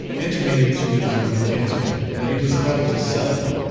intimated to his young kinsman that he was about to sell him.